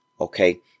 okay